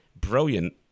brilliant